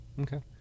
okay